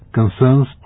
concerns